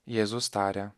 jėzus tarė